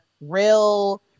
real